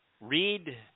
read